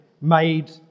made